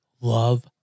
love